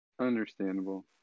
understandable